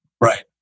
Right